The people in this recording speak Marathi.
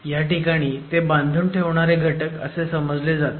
हयाठिकाणी ते बांधून ठेवणारे घटक असे समजले जातात